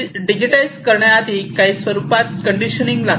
digitise करण्याआधी काही स्वरूपात कंडिशनिंग लागते